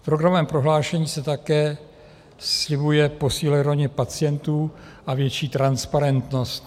V programovém prohlášení se také slibuje posílení role pacientů a větší transparentnost.